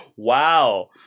Wow